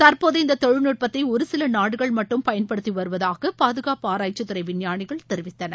தற்போது இந்த தொழில்நுட்பத்தை ஒரு சில நாடுகள் மட்டும் பயன்படுத்தி வருவதாக பாதுகாப்பு ஆராய்ச்சி துறை விஞ்ஞானிகள் தெரிவித்தனர்